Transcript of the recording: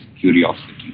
curiosity